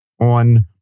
on